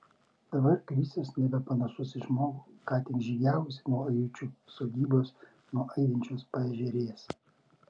dabar krisius nebepanašus į žmogų ką tik žygiavusį nuo ajučių sodybos nuo aidinčios paežerės